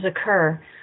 occur